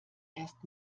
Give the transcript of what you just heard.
erst